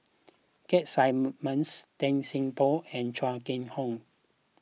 Keith Simmons Tan Seng Poh and Chong Kee Hiong